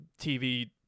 tv